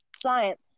science